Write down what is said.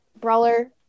brawler